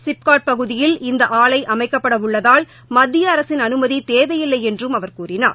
சிப்காட் பகுதியில் இந்த ஆலை அமைக்கப்படவுள்ளதால் மத்திய அரசின் அனுமதி தேவையில்லை என்றும் அவர் கூறினார்